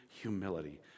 humility